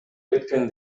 кеткен